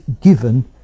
given